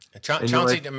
Chauncey